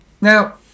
now